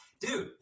dude